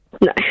No